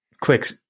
quick